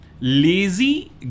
Lazy